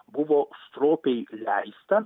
buvo stropiai leista